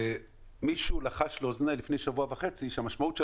מישהו לחש לאוזניי לפני שבוע וחצי שהמשמעות של